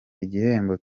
igihembo